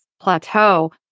plateau